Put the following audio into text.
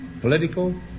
political